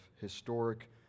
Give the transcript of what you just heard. historic